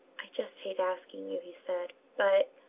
i just hate asking you, he said, but